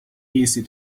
easy